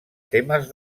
temes